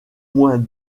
moins